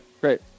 great